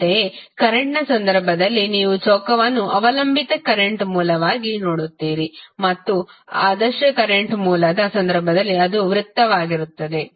ಅಂತೆಯೇ ಕರೆಂಟ್ ಸಂದರ್ಭದಲ್ಲಿ ನೀವು ಚೌಕವನ್ನು ಅವಲಂಬಿತ ಕರೆಂಟ್ ಮೂಲವಾಗಿ ನೋಡುತ್ತೀರಿ ಮತ್ತು ಆದರ್ಶ ಕರೆಂಟ್ ಮೂಲದ ಸಂದರ್ಭದಲ್ಲಿ ಅದು ವೃತ್ತವಾಗಿರುತ್ತದೆ